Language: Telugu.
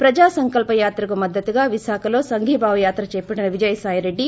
ప్రజా సంకల్ప యాత్రకు మద్గతుగా విశాఖలో సంఘీభావ యాత్ర చేపట్టిన విజయసాయి రెడ్డి